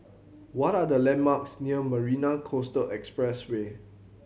what are the landmarks near Marina Coastal Expressway